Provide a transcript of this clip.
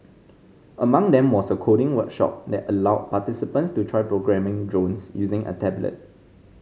among them was a coding workshop that allowed participants to try programming drones using a tablet